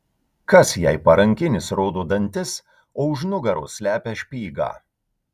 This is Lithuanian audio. kas jei parankinis rodo dantis o už nugaros slepia špygą